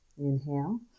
Inhale